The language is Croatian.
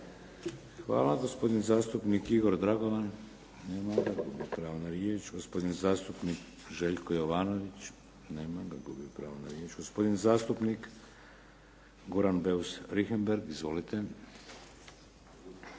Hvala. Gospodin zastupnik Igor Dragovan. Nema ga. Gubi pravo na riječ. Gospodin zastupnik Željko Jovanović. Nema ga. Gubi pravo na riječ. Gospodin zastupnik Goran Beus Richembergh. Izvolite.